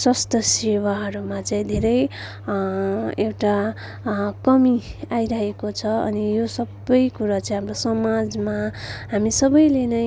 स्वस्थ सेवाहरूमा चाहिँ धेरै एउटा कमी आइरहेको छ अनि यो सबै कुरा चाहिँ हाम्रो समाजमा हामी सबैले नै